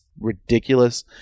ridiculous